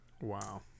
Wow